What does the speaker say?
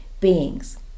beings